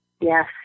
Yes